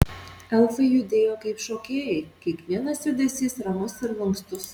elfai judėjo kaip šokėjai kiekvienas judesys ramus ir lankstus